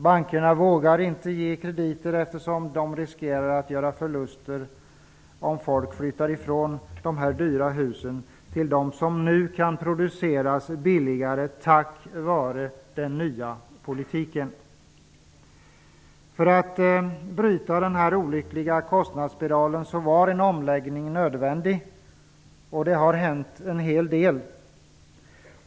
Bankerna vågar inte ge krediter eftersom de riskerar att göra förluster om folk flyttar från de dyra husen till de hus som nu tack vare den nya politiken kan produceras billigare. För att bryta denna olyckliga kostnadsspiral var en omläggning nödvändig. Det har hänt en del.